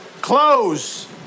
Close